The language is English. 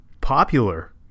popular